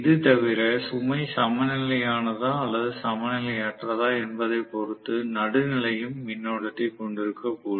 இது தவிர சுமை சமநிலையானதா அல்லது சமநிலையற்றதா என்பதைப் பொறுத்து நடுநிலையும் மின்னோட்டத்தை கொண்டிருக்கக்கூடும்